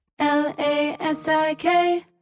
Lasik